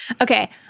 Okay